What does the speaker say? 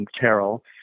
Carol